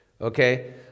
Okay